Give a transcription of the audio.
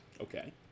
Okay